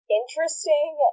interesting